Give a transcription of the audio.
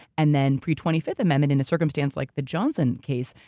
and then, pre twenty fifth amendment, in a circumstance like the johnson case,